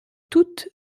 toute